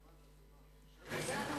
(תיקון,